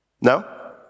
No